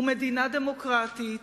ומדינה דמוקרטית